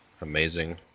amazing